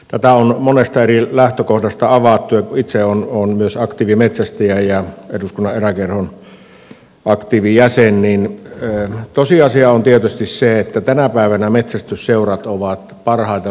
tätä on monesta eri lähtökohdasta avattu ja itse olen myös aktiivimetsästäjä ja eduskunnan eräkerhon aktiivijäsen ja tosiasia on tietysti se että tänä päivänä metsästysseurat ovat parhaita luonnonsuojelijoita